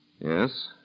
Yes